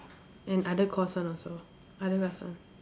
and other course one also other class one